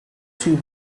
two